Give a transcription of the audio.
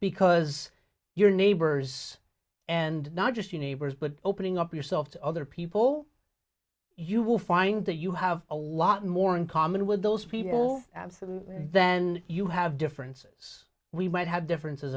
because you're neighbors and not just you neighbors but opening up yourself to other people you will find that you have a lot more in common with those people absent then you have differences we might have differences